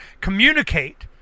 communicate